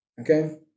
Okay